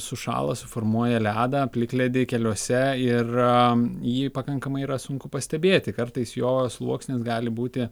sušąla suformuoja ledą plikledį keliuose ir jį pakankamai yra sunku pastebėti kartais jo sluoksnis gali būti